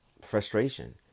frustration